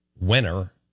winner